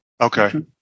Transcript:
Okay